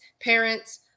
parents